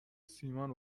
سیمان